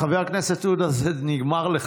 חבר הכנסת עודה, זה נגמר לך.